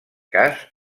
cas